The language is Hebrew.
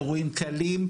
אירועים קלים,